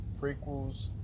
prequels